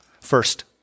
First